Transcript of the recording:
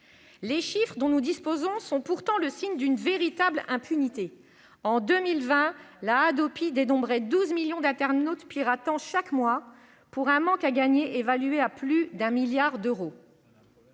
Les chiffres dont nous disposons sont pourtant le signe d'une véritable impunité : en 2020, la Hadopi dénombrait douze millions d'internautes piratant chaque mois, pour un manque à gagner évalué à plus d'un milliard d'euros.